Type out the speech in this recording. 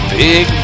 big